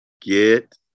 get